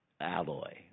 alloy